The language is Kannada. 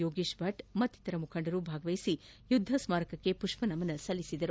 ಯೋಗೀಶ್ ಭಟ್ ಮತ್ತಿತರ ಮುಖಂಡರು ಭಾಗವಹಿಸಿ ಯುದ್ದ ಸ್ಮಾರಕಕ್ಕೆ ಪುಷ್ಪ ನಮನ ಸಲ್ಲಿಸಿದರು